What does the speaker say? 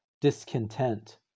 discontent